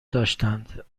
داشتند